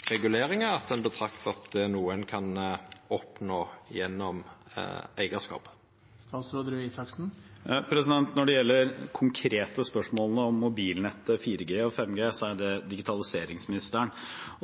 mobilnettet, 4G og 5G, ligger det under digitaliseringsministeren.